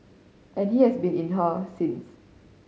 and he has been in her since